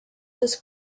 this